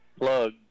plug